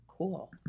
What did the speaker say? cool